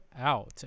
out